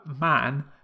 man